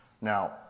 Now